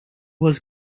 was